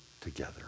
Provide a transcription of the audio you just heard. together